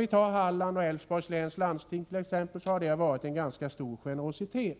I Hallands och Älvsborgs läns landsting har det funnits en ganska stor generositet.